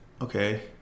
okay